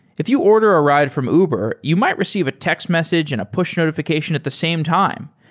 if you order a ride from uber, you might receive a text message and a push notifi cation at the same time,